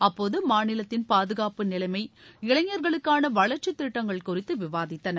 அப்போது மாநிலத்தின் பாதுகாப்பு நிலைமை இளைஞா்களுக்கான வளா்ச்சித் திட்டங்கள் குறித்து விவாதித்தனர்